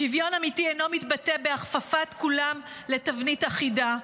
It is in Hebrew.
שוויון אמיתי אינו מתבטא בהכפפת כולם לתבנית אחידה,